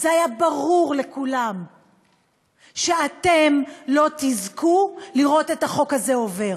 היה ברור לכולם שאתם לא תזכו לראות את החוק הזה עובר.